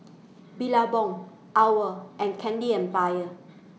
Billabong OWL and Candy Empire